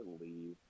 leave